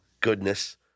goodness